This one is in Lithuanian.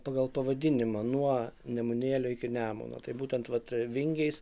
pagal pavadinimą nuo nemunėlio iki nemuno tai būtent vat vingiais